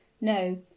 No